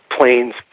planes